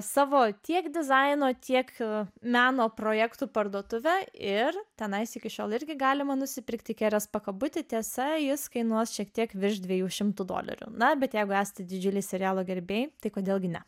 savo tiek dizaino tiek meno projektų parduotuvę ir tenai iki šiol irgi galima nusipirkti kelias pakabutį tiesa jis kainuos šiek tiek virš dviejų šimtų dolerių na bet jeigu esti didžiulis serialo gerbėjai tai kodėl gi ne